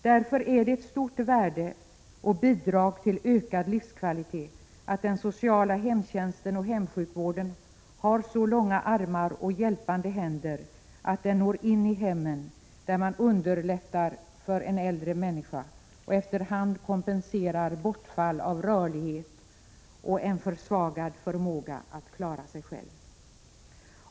Därför är det ett stort värde och ett bidrag till ökad livskvalitet att den sociala hemtjänsten och hemsjukvården har så långa armar och hjälpande händer att den når in i hemmen, där man underlättar för en äldre människa och efter hand kompenserar bortfall av rörlighet och en försvagad förmåga att klara sig själv.